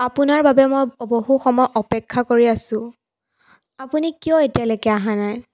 আপোনাৰ বাবে মই বহু সময় অপেক্ষা কৰি আছো আপুনি কিয় এতিয়ালেকে অহা নাই